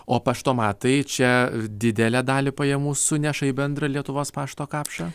o paštomatai čia didelę dalį pajamų suneša į bendrą lietuvos pašto kapšą